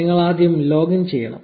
നിങ്ങൾ ആദ്യം ലോഗിൻ ചെയ്യണം